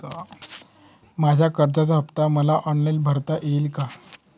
माझ्या कर्जाचा हफ्ता मला ऑनलाईन भरता येईल का?